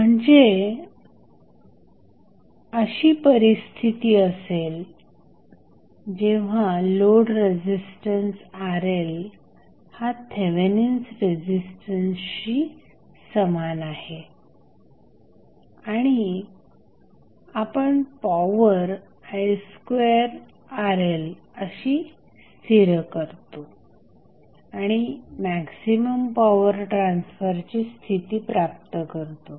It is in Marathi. म्हणजे अशी परिस्थिती असेल जेव्हा लोड रेझिस्टन्स RL हा थेवेनिन्स रेझिस्टन्सशी समान आहे आणि आपण पॉवर i2RLअशी स्थिर करतो आणि मॅक्झिमम पॉवर ट्रान्सफरची स्थिती प्राप्त करतो